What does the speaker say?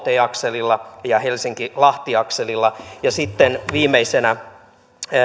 akselilla ja helsinki lahti akselilla sitten viimeisenä